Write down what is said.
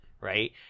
right